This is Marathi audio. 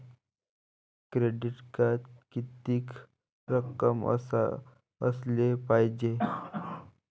क्रेडिट कार्डात कितीक रक्कम असाले पायजे?